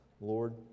Lord